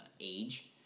age